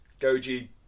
goji